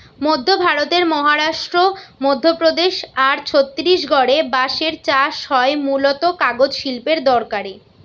মধ্য ভারতের মহারাষ্ট্র, মধ্যপ্রদেশ আর ছত্তিশগড়ে বাঁশের চাষ হয় মূলতঃ কাগজ শিল্পের দরকারে